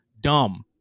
dumb